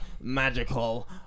magical